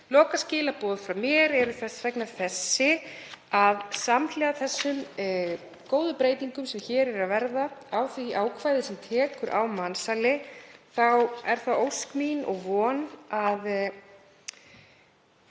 Lokaskilaboð frá mér eru þess vegna þau að samhliða þeim góðu breytingum sem hér eru að verða á því ákvæði sem tekur á mansali, þá er það ósk mín og von að